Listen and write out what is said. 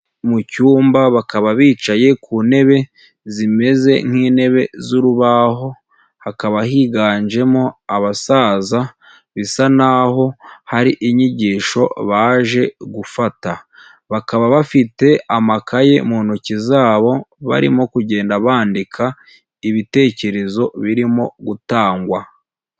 Mu cyumba bakaba bicaye ku ntebe zimeze nk'intebe z'urubaho, hakaba higanjemo abasaza bisa naho hari inyigisho baje gufata, bakaba bafite amakaye mu ntoki zabo barimo kugenda bandika ibitekerezo birimo gutangwa.